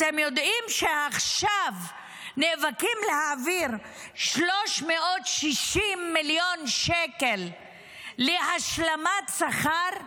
אתם יודעים שעכשיו נאבקים להעביר 360 מיליון שקל להשלמת שכר?